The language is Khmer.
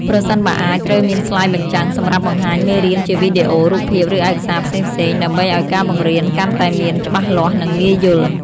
ប្រសិនបើអាចត្រូវមានស្លាយបញ្ចាំង សម្រាប់បង្ហាញមេរៀនជាវីដេអូ រូបភាព ឬឯកសារផ្សេងៗ ដើម្បីឲ្យការបង្រៀនកាន់តែមានច្បាស់លាស់ និងងាយយល់។